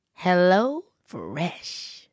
HelloFresh